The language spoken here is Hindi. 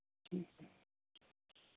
ठीक है